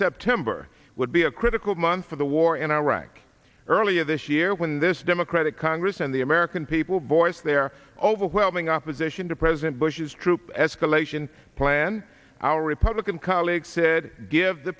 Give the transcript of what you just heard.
september would be a critical month for the war in iraq earlier this year when this democratic congress and the american people voiced their overwhelming opposition to president bush's troop escalation plan our republican colleagues said give the